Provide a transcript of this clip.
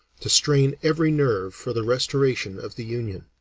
to strain every nerve for the restoration of the union.